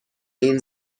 این